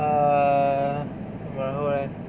err 什么然后 leh